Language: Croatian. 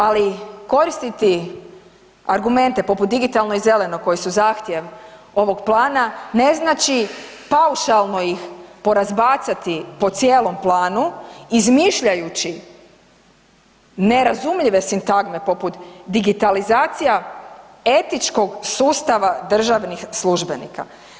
Ali koristiti argumente poput digitalne i zelenog koji su zahtjev ovog plana, ne znači paušalno ih porazbacati po cijelom planu izmišljajući nerazumljive sintagme poput digitalizacija etičkog sustava državnih službenika.